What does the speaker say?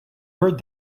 heard